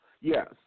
yes